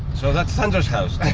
so that's sandra's house.